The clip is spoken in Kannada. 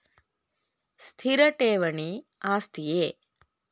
ಸ್ಥಿರ ಠೇವಣಿ ಆಸ್ತಿಯೇ?